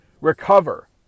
recover